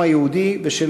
אדוני היושב-ראש,